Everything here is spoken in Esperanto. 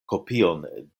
kopion